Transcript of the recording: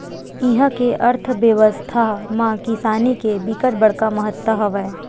इहा के अर्थबेवस्था म किसानी के बिकट बड़का महत्ता हवय